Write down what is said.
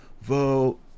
vote